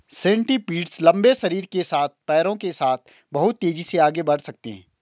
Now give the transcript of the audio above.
centipedes लंबे शरीर के साथ पैरों के साथ बहुत तेज़ी से आगे बढ़ सकते हैं